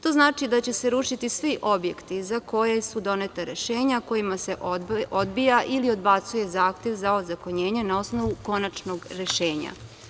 To znači da će se rušiti svi objekti za koje su doneta rešenja kojima se odbija ili odbacuje zahtev za ozakonjenje na osnovu konačnog rešenja.